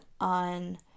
on